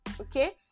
okay